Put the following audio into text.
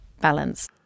balance